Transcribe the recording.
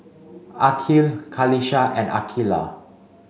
Aqil Qalisha and Aqeelah